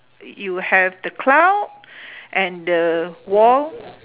you have the clouds and the wall